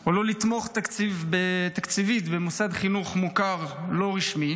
או לא לתמוך תקציבית במוסד חינוך מוכר לא רשמי